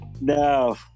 No